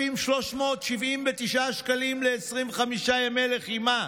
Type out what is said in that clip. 5,379 ש"ח ל-25 ימי לחימה".